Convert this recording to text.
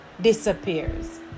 disappears